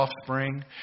offspring